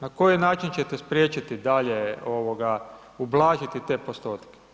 Na koji način ćete spriječiti dalje ublažiti te postotke?